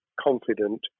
confident